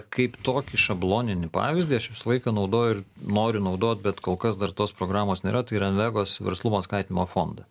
kaip tokį šabloninį pavyzdį aš visą laiką naudoju ir noriu naudot bet kol kas dar tos programos nėra tai yra invegos verslumo skatinimo fondą